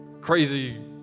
crazy